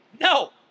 no